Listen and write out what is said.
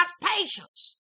patience